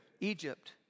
Egypt